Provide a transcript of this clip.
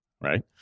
right